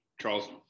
Charles